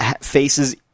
Faces